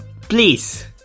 please